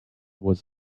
was